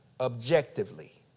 objectively